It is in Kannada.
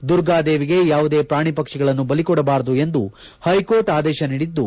ದುರ್ಗಾದೇವಿಗೆ ಯಾವುದೇ ಪ್ರಾಣಿ ಪಕ್ಷಿಗಳನ್ನು ಬಲಿಕೊಡಬಾರದು ಎಂದು ಹೈಕೋರ್ಟ್ ಆದೇಶ ನೀಡಿದ್ದು